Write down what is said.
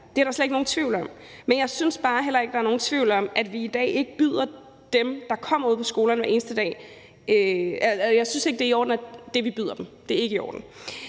Det er der slet ikke nogen tvivl om. Men jeg synes bare heller ikke, der er nogen tvivl om, at det, vi i dag byder dem, der kommer ude på skolerne hver eneste dag, ikke er i orden. Når man snakker med elever og lærere